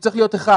שצריך להיות אחד: